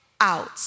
out